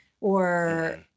or-